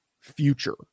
future